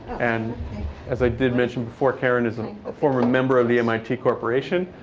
and as i did mention before, karen is a former member of the mit corporation,